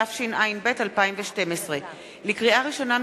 התשע"ב 2012. לקריאה ראשונה,